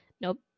Nope